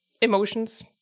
Emotions